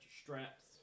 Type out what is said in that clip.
straps